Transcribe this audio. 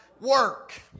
Work